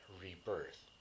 rebirth